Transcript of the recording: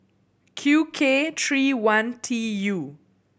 Q K three one T U